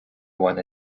one